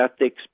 ethics